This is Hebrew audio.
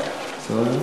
בסדר גמור.